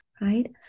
right